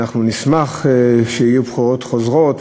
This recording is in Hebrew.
אנחנו נשמח שיהיו בחירות חוזרות,